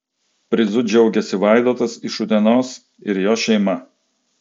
prizu džiaugiasi vaidotas iš utenos ir jo šeima